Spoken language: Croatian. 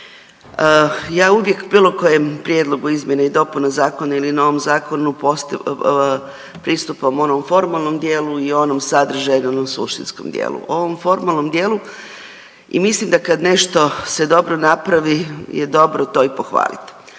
Ja uvijek o bilo kojem prijedlogu izmjene i dopuna zakona ili novom zakonu pristupam u onom formalnom dijelu i onom sadržajnom odnosno suštinskom dijelu. U ovom formalnom dijelu i mislim da kad se nešto dobro napravi je dobro to i pohvalit.